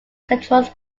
controls